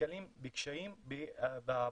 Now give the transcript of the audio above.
נתקלים בקשיים בבקשות